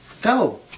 Go